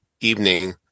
evening